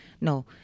no